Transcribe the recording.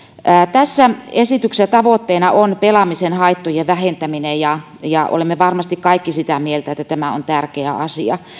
tässä esityksen tavoitteena on pelaamisen haittojen vähentäminen ja ja olemme varmasti kaikki sitä mieltä että tämä on tärkeä asia